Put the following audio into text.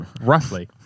Roughly